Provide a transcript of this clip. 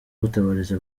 gutabariza